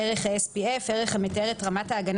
"ערך ה-SPF" (Sun protection factor) ערך המתאר את רמת ההגנה